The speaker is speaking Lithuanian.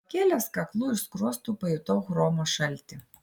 pakėlęs kaklu ir skruostu pajutau chromo šaltį